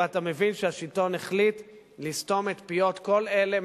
ואתה מבין שהשלטון החליט לסתום את פיות כל אלה,